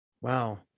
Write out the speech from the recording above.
Wow